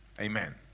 Amen